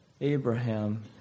Abraham